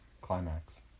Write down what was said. climax